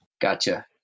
Gotcha